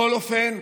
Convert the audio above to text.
בכל אופן,